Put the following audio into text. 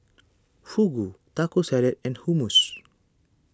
Fugu Taco Salad and Hummus